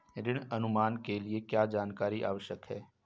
ऋण अनुमान के लिए क्या जानकारी आवश्यक है?